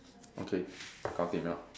okay gao dim liao